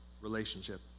relationship